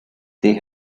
they